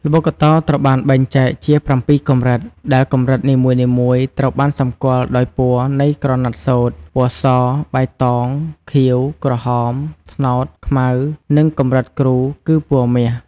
ល្បុក្កតោត្រូវបានបែងចែកជា ៧ កម្រិត ដែលកម្រិតនីមួយៗត្រូវបានសម្គាល់ដោយពណ៌នៃក្រណាត់សូត្រ ពណ៌ស បៃតង ខៀវ ក្រហម ត្នោត ខ្មៅ និងកម្រិតគ្រូ គឺពណ៌មាស។